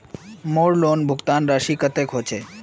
मोर लोन भुगतान राशि कतेक होचए?